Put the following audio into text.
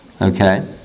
Okay